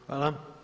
Hvala.